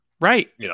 Right